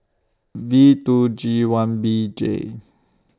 V two G one B J